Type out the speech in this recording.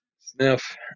Sniff